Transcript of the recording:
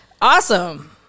awesome